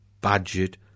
budget